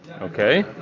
okay